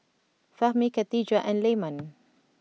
Fahmi Khatijah and Leman